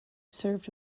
served